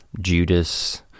Judas